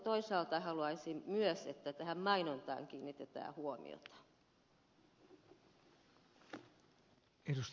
toisaalta haluaisin myös että tähän mainontaan kiinnitetään huomiota